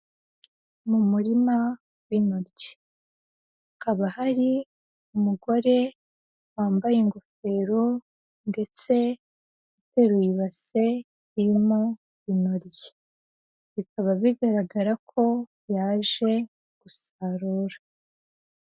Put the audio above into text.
Mu murima w'intoryi. Hakaba hari umugore wambaye ingofero ndetse uteruye ibase irimo intoryi. Bikaba bigaragara ko yaje gusarura.